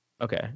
Okay